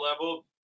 level